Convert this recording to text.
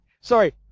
Sorry